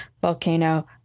volcano